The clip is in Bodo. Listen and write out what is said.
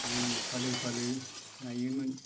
जि फालो फालो नायोमोन